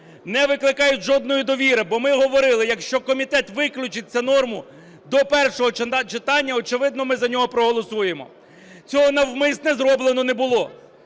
не викликають жодної довіри. Бо ми говорили, якщо комітет виключить цю норму до першого читання, очевидно, ми за нього проголосуємо. Цього навмисно зроблено не було.